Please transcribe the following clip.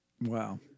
Wow